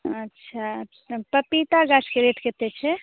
अच्छा तब पपीता गाछके रेट कतेक छै